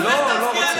תן לו, תן לו.